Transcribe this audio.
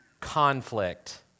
conflict